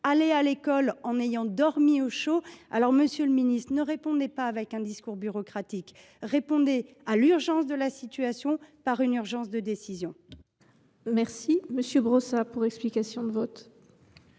aller à l’école en ayant dormi au chaud. Monsieur le ministre, ne répondez pas par un discours bureaucratique. Répondez à l’urgence de la situation par une urgence de décision ! La parole est à M. Ian Brossat, pour explication de vote.